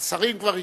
השרים כבר התרגלו,